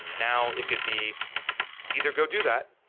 now it could be either go do that,